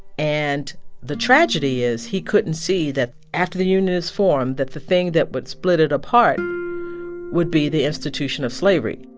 and the tragedy is he couldn't see that, after the union is formed, that the thing that would split it apart would be the institution of slavery